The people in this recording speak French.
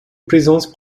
plaisance